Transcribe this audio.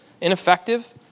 ineffective